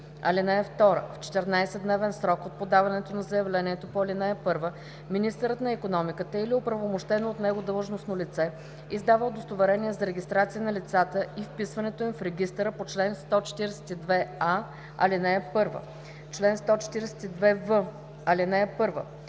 ал. 1. (2) В 14-дневен срок от подаване на заявлението по ал. 1 министърът на икономиката или оправомощено от него длъжностно лице издава удостоверение за регистрация на лицата и вписването им в регистъра по чл. 142а, ал. 1. Чл. 142в.